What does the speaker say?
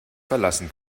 verlassen